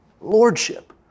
Lordship